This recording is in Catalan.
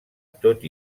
tot